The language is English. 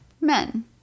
men